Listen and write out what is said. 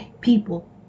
people